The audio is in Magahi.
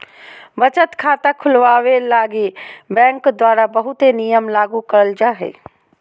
बचत खाता खुलवावे लगी बैंक द्वारा बहुते नियम लागू करल जा हय